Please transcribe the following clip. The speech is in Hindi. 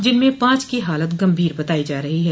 जिनमें पांच की हालत गंभीर बताई जा रही है